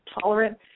tolerant